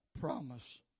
promise